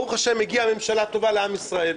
ברוך-השם, הגיעה ממשלה טובה לעם ישראל.